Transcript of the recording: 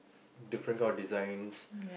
different kind of designs